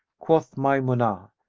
cried maymunah,